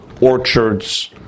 orchards